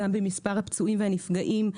במספר הפצועים והנפגעים,